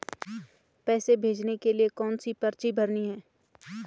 पैसे भेजने के लिए कौनसी पर्ची भरनी है?